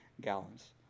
gallons